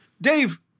Dave